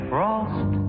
Frost